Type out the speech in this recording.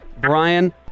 Brian